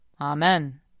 Amen